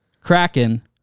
Kraken